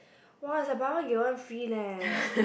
!wah! is like buy one get one free leh